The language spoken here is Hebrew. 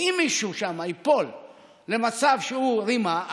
ואם מישהו שם ייפול למצב שהוא רימה,